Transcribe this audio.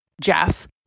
Jeff